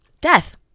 Death